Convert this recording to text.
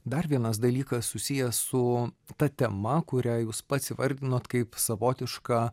dar vienas dalykas susijęs su ta tema kurią jūs pats įvardinot kaip savotišką